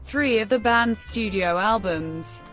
three of the band's studio albums,